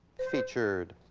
featured.